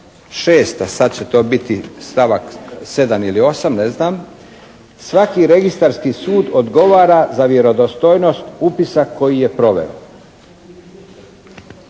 6. a sad će to biti stavak 7. ili 8. ne znam svaki registarski sud odgovara za vjerodostojnost upisa koji je proveden.